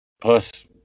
Plus